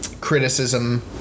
criticism